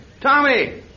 Tommy